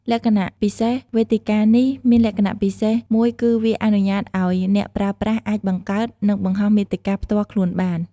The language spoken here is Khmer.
លក្ខណៈពិសេស វេទិកានេះមានលក្ខណៈពិសេសមួយគឺវា អនុញ្ញាតឲ្យអ្នកប្រើប្រាស់អាចបង្កើត និងបង្ហោះមាតិកា ផ្ទាល់ខ្លួនបាន។